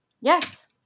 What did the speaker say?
Yes